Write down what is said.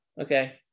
okay